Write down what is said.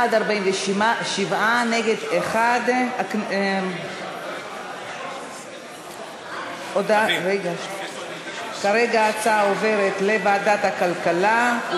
בעד, 47, נגד, 1. ההצעה עוברת לוועדת הכלכלה.